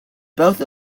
both